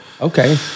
Okay